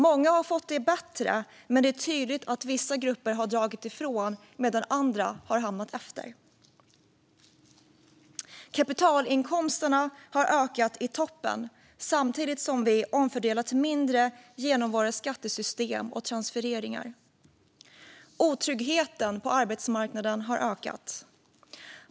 Många har fått det bättre, men det är tydligt att vissa grupper har dragit ifrån medan andra har hamnat efter. Kapitalinkomsterna har ökat i toppen samtidigt som vi omfördelat mindre genom våra skattesystem och transfereringar. Otryggheten på arbetsmarknaden har ökat.